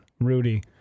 Rudy